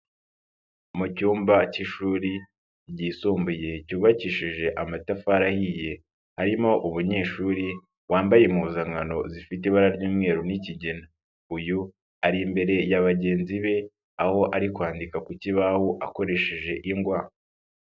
Mu cyumba cy'ishuri ryisumbuye cyubakishije amatafari ahiye, harimo umunyeshuri wambaye impuzankano zifite ibara ry'umweru n'ikigena. Uyu ari imbere ya bagenzi be, aho ari kwandika ku kibaho akoresheje ingwa.